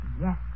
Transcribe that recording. Yes